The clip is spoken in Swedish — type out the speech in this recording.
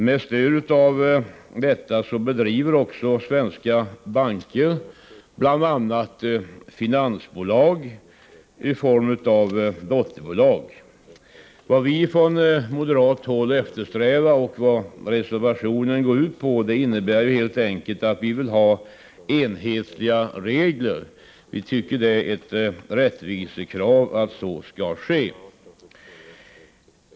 Med stöd härav driver också svenska banker bl.a. finansbolag i form av dotterbolag. Vad vi från moderat håll eftersträvar, och vad reservationen går ut på, är helt enkelt att vi skall ha enhetliga regler. Vi tycker att det är ett rättvisekrav.